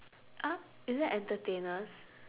ah is it entertainers